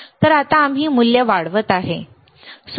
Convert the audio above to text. तर आता आम्ही मूल्य वाढवत आहोत बरोबर